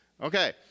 Okay